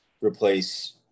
replace